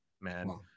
man